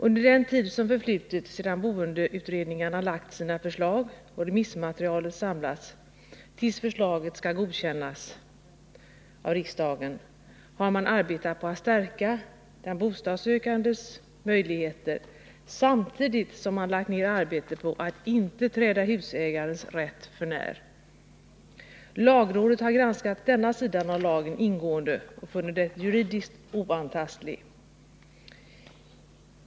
Under den tid som förflutit sedan boendeutredningarna lagt fram sina förslag och remissmaterialet samlats fram till att förslaget nu skall godkännas av riksdagen har man arbetat på att stärka den bostadssökandes möjligheter, samtidigt som man lagt ner arbete på att inte träda husägarens rätt för när. Lagrådet har granskat denna sida av lagen ingående och funnit den juridiskt oantastlig.